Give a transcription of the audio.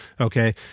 okay